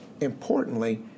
importantly